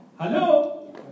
hello